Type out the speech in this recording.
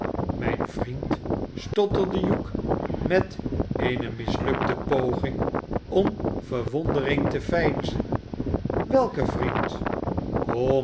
mijn vriend stotterde hugh met eene mislukte poging om verwondering te veinzen welke vriend